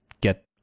get